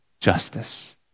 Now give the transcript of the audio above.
justice